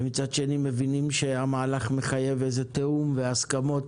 ומצד שני מבינים שהמהלך מחייב תיאום והסכמות